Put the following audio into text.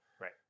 Right